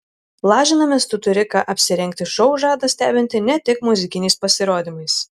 lažinamės tu turi ką apsirengti šou žada stebinti ne tik muzikiniais pasirodymais